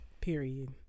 Period